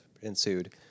ensued